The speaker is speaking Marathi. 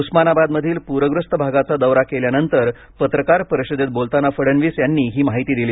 उस्मानाबादमधील पूरग्रस्त भागांचा दौरा केल्यानंतर पत्रकार परिषदेत बोलताना फडणवीस यांनी ही माहिती दिली